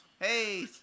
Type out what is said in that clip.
Hey